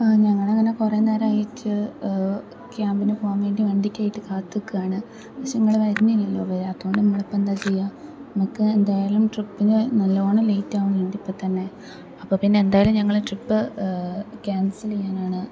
ഞങ്ങൾ ഇങ്ങനെ കുറേ നേരമായിട്ട് ക്യാബിന് പോവാൻ വേണ്ടി വണ്ടിക്കായിട്ട് കാത്ത് നിൽക്കുകയാണ് പക്ഷേ നിങ്ങൾ വരുന്നില്ലല്ലോ വരാത്തതുകൊണ്ട് നമ്മളിപ്പം എന്താണ് ചെയ്യുക നമുക്ക് എന്തായാലും ട്രിപ്പിന് നല്ലവണ്ണം ലേറ്റ് ആവുന്നുണ്ട് ഇപ്പം തന്നെ അപ്പം പിന്നെ എന്തായാലും ഞങ്ങൾ ട്രിപ്പ് ക്യാൻസൽ ചെയ്യാനാണ്